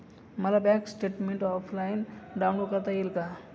मला bank statement offline download करता येईल का?